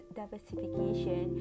diversification